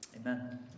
Amen